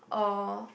or